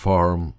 Farm